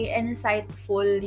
insightful